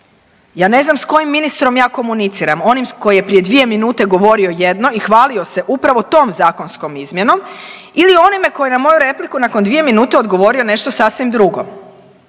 Ja ne znam s kojim ministrom ja komuniciram, onim koji je prije dvije minute govorio jedno i hvalio se upravo tom zakonskom izmjenom ili onime koji je na moju repliku nakon dvije minute odgovorio nešto sasvim drugo